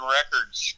Records